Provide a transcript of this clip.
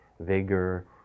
vigor